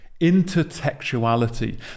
Intertextuality